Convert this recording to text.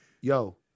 Yo